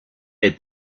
est